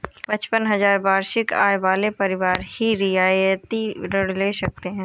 पचपन हजार वार्षिक आय वाले परिवार ही रियायती ऋण ले सकते हैं